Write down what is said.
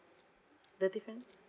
the different